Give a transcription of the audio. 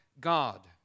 God